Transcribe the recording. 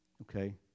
okay